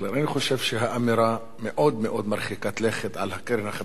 אני חושב שהאמירה המאוד-מאוד מרחיקת לכת על הקרן החדשה,